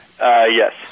Yes